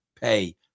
pay